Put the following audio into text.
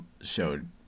showed